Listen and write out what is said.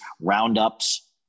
roundups